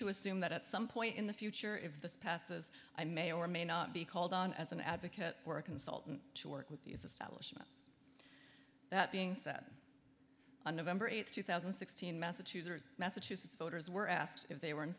to assume that at some point in the future if this passes i may or may not be called on as an advocate or a consultant to work with the establishment that being set on november eighth two thousand and sixteen massachusetts massachusetts voters were asked if they were in